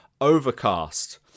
Overcast